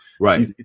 right